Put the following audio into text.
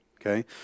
Okay